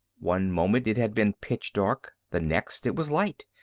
one moment it had been pitch dark, the next it was light,